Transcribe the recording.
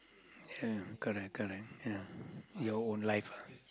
ya correct correct ya your own life